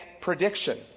prediction